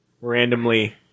randomly